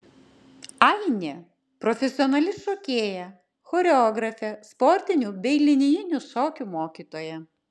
ainė profesionali šokėja choreografė sportinių bei linijinių šokių mokytoja